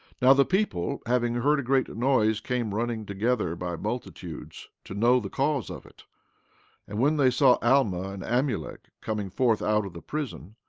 now the people having heard a great noise came running together by multitudes to know the cause of it and when they saw alma and amulek coming forth out of the prison,